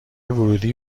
ورودی